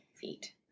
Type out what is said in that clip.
feet